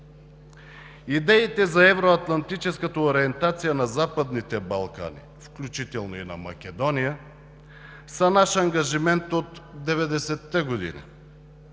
Идеите за евроатлантическата ориентация на Западните Балкани, включително и на Македония, са наш ангажимент от 90-те години.